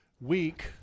week